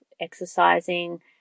exercising